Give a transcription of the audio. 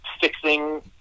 fixing